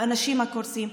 האנשים הקורסים,